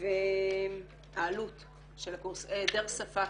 העדר שפה,